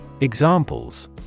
Examples